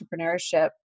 entrepreneurship